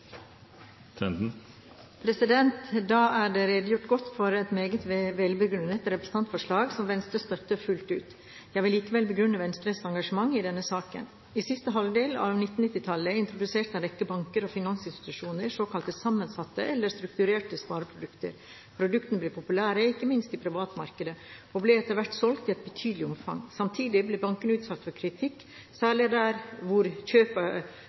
det redegjort godt for et meget velbegrunnet representantforslag, som Venstre støtter fullt ut. Jeg vil likevel begrunne Venstres engasjement i denne saken. I siste halvdel av 1990-tallet introduserte en rekke banker og finansinstitusjoner såkalte sammensatte eller strukturerte spareprodukter. Produktene ble populære, ikke minst i privatmarkedet, og ble etter hvert solgt i et betydelig omfang. Samtidig ble bankene utsatt for kritikk, særlig der hvor